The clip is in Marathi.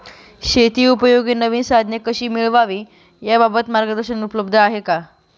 शेतीउपयोगी नवीन साधने कशी मिळवावी याबाबत मार्गदर्शन उपलब्ध आहे का?